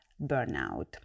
burnout